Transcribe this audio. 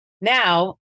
now